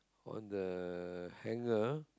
on the hanger